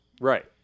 Right